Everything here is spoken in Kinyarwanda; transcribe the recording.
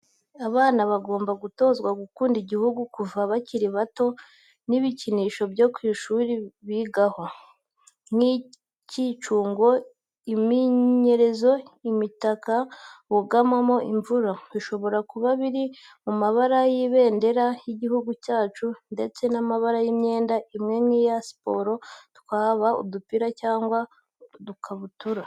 Abana bagomba gutozwa gukunda igihugu kuva bakiri bato, n'ibikinisho byo ku ishuri bigaho: nk'imyicungo, iminyerezo, imitaka bugamamo imvura, bishobora kuba biri mu mabara y'ibendera ry'igihugu cyacu, ndetse m'amabara y'imyenda imwe nk'iya siporo, twaba udupira cyangwa udukabutura.